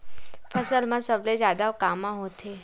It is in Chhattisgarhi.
फसल मा सबले जादा कामा होथे?